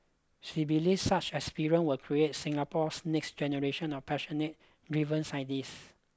she believes such experiences will create Singapore's next generation of passionate driven scientists